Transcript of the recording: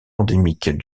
endémiques